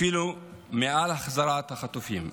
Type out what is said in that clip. אפילו מעל החזרת החטופים.